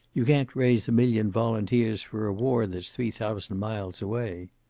you can't raise a million volunteers for a war that's three thousand miles away.